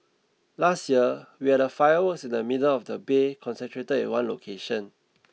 last year we had the fireworks in the middle of the bay concentrated in one location